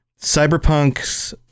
cyberpunks